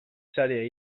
saria